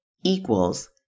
equals